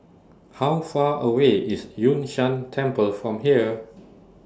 How Far away IS Yun Shan Temple from here